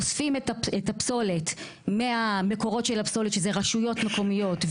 אוספים את הפסולת מהמקורות של הפסולת שזה רשויות מקומיות,